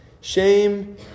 Shame